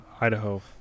Idaho